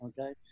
okay